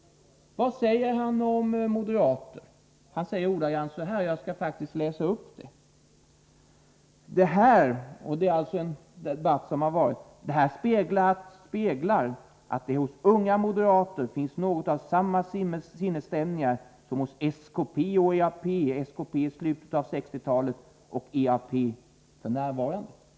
Vad sade han om moderater? Jag skall faktiskt läsa upp det han sade ordagrant: ”Det här speglar att det hos unga moderater finns något av samma sinnesstämningar som hos SKP och EAP SKP slutet av 1960-talet och EAP fn” Herr talman!